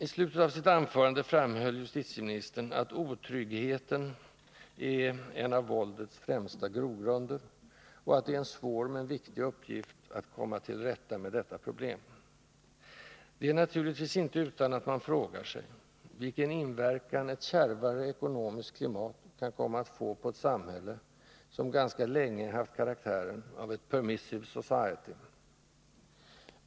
I slutet av sitt anförande framhöll justitieministern att otryggheten är en av våldets främsta grogrunder och att det är en svår men viktig uppgift att komma till rätta med detta problem. Det är naturligtvis inte utan att man frågar sig vilken inverkan ett kärvare ekonomiskt klimat kan komma att få på ett samhälle som ganska länge har haft karaktären av ett ”permissive society”.